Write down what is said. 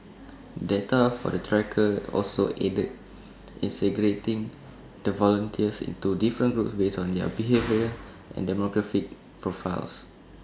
data from the trackers also aided in the volunteers into different groups based on their behaviour and demographic profiles